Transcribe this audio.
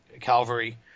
calvary